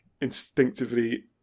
instinctively